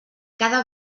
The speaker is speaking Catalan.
cada